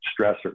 stressor